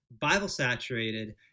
Bible-saturated